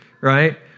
right